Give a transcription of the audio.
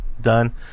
done